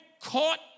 caught